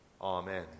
Amen